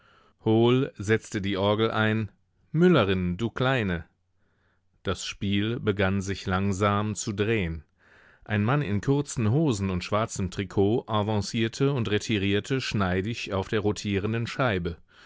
hohl setzte die orgel ein müllerin du kleine das spiel begann sich langsam zu drehen ein mann in kurzen hosen und schwarzem trikot avancierte und retirierte schneidig auf der rotierenden scheibe